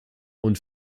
und